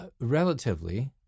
relatively